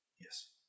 Yes